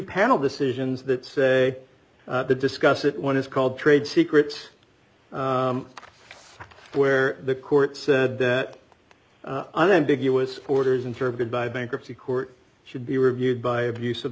panel decisions that say to discuss it one is called trade secrets where the court said that unambiguous orders interpreted by bankruptcy court should be reviewed by abus